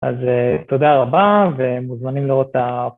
אז תודה רבה ומוזמנים לראות